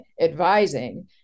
advising